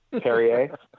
Perrier